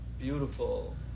Beautiful